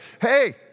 hey